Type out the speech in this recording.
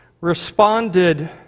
responded